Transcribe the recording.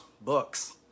books